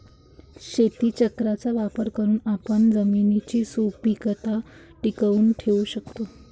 शेतीचक्राचा वापर करून आपण जमिनीची सुपीकता टिकवून ठेवू शकतो